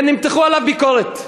ונמתחה עליו ביקורת.